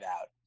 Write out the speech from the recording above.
out